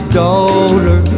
daughter